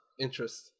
interest